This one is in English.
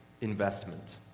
investment